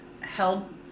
held